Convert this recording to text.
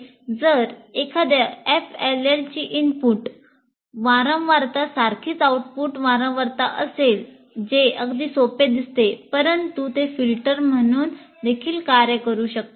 जर एखाद्या FLL ची इनपुट वारंवारता सारखीच आउटपुट वारंवारता असेल जे अगदी सोपे दिसते परंतु ते फिल्टर म्हणून देखील कार्य करू शकते